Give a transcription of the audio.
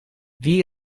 wie